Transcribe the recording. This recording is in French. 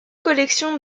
collection